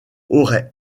aurait